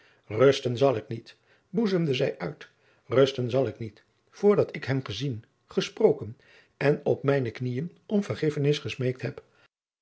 rusten zal ik niet boezemde zij uit rusten zal ik niet voor dat ik hem gezien gesproken en op mijne knieën om vergiffenis gesmeekt heb